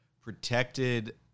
protected